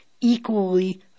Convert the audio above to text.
equally